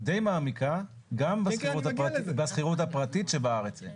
די מעמיקה גם בשכירות הפרטית, שבארץ אין.